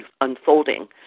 unfolding